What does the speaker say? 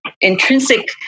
intrinsic